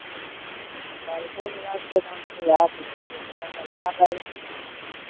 ललको गुलाबके दाम छै उएह पच्चीसे छै किएक ललका चाही अहाँकेँ